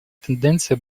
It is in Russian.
тенденция